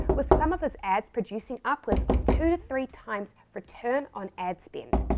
with some of his ads producing upwards of two to three times return on ad spend.